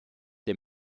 der